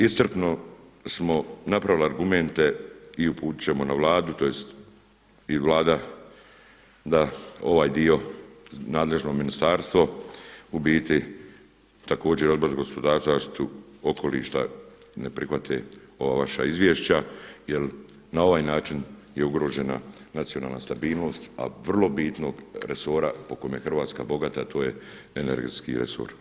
Iscrpno smo napravili argumenta i uputit ćemo na Vladu tj. neka Vlada da ovaj dio i nadležno ministarstvo u biti također i Odbor za gospodarstvo i zaštitu okoliša ne prihvate ova vaša izvješća jer na ovaj način je ugrožena nacionalna stabilnost, a vrlo bitnog resora po kome je Hrvatska bogata, to je energetski resor.